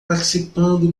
participando